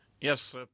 Yes